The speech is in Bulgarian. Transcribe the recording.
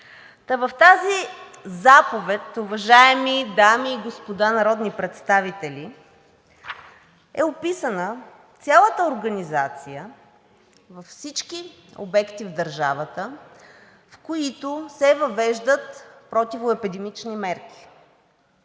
В тази заповед, уважаеми дами и господа народни представители, е описана цялата организация във всички обекти в държавата, в които се въвеждат противоепидемични мерки.